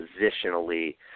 positionally